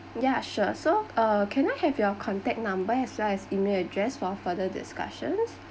yeah sure so uh can I have your contact number as well as email address for further discussions